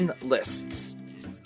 Lists